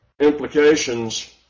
implications